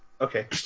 Okay